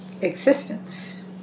Existence